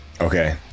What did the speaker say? Okay